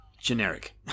generic